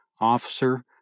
officer